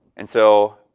and so,